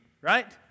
right